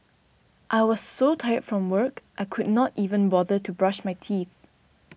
I was so tired from work I could not even bother to brush my teeth